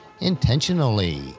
intentionally